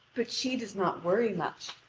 but she does not worry much,